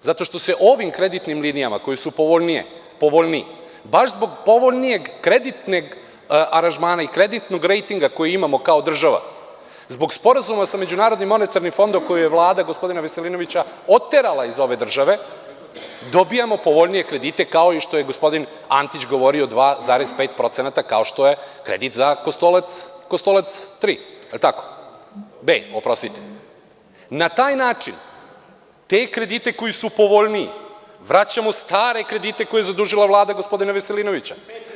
zato što se ovim kreditnim linijama, koji su povoljniji, baš zbog povoljnijeg kreditnog aranžmana i kreditnog rejtinga koji imamo kao država, zbog sporazuma sa MMF-om, koji je Vlada gospodina Veselinovića oterala iz ove države, dobijamo povoljnije kredite, kao što je gospodin Antić govorio, 2,5%, kao što je kredit za Kostolac B. Na taj način, te kredite koji su povoljniji, vraćamo stare kredite koje je zadužila Vlada gospodina Veselinovića.